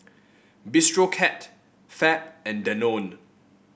Bistro Cat Fab and Danone